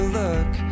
look